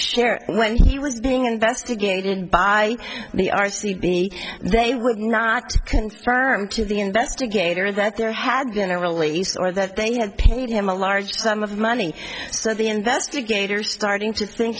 share when he was being investigated by the r c c any they would not confirm to the investigator that there had been a release or that they had paid him a large sum of money so the investigators starting to think